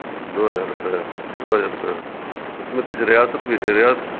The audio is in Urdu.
دو ہجار روپے کا دو ہجار روپے کا اس میں کچھ ریاست بھی